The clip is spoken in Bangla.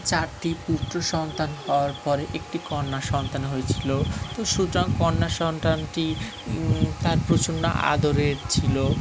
চারটি পুত্র সন্তান হওয়ার পরে একটি কন্যা সন্তান হয়েছিল তো সুতরাং কন্যা সন্তানটি তার প্রচণ্ড আদরের ছিল